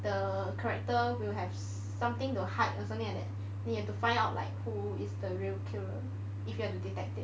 the character will have something to hide or something like that then you have to find out like who is the real killer if you are the detective